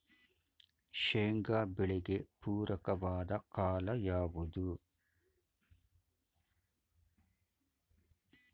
ಶೇಂಗಾ ಬೆಳೆಗೆ ಪೂರಕವಾದ ಕಾಲ ಯಾವುದು?